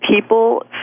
People